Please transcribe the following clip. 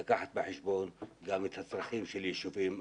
אז כדאי לקחת בחשבון גם את הצרכים של יישובים אחרים.